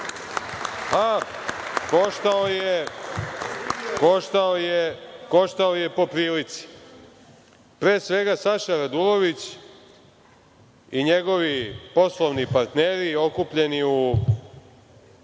koštao je po prilici. Pre svega, Saša Radulović i njegovi poslovni partneri okupljeni u